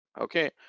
okay